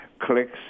clicks